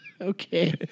Okay